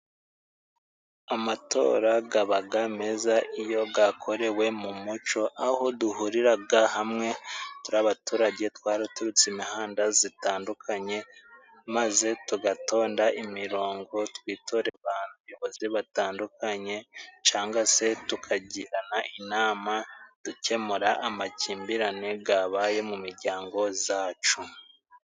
Amatora gabaga meza iyo gakorewe mu muco, aho duhuriraga hamwe turi abaturage twaraturutse imihanda zitandukanye, maze tugatonda imirongo tukitorera abayobozi batandukanye, cangwa se tukagirana inama dukemura amakimbirane gabaye mu miryango zacu.